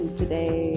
today